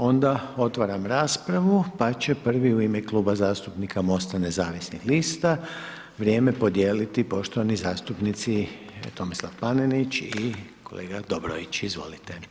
Onda otvaram raspravu, pa će prvi u ime Kluba zastupnika MOST-a nezavisnih lista vrijeme podijeliti poštovani zastupnici Tomislav Panenić i kolega Dobrović, izvolite.